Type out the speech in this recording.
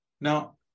Now